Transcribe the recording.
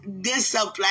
discipline